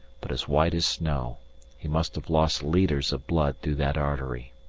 but as white as snow he must have lost litres of blood through that artery.